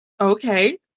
Okay